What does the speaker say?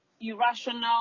irrational